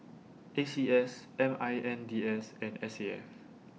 A C S M I N D S and S A F